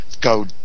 go